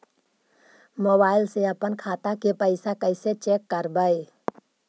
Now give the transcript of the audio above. Mobile से अपन खाता के पैसा कैसे चेक करबई?